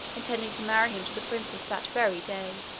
intending to marry him to the princess that very day.